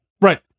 Right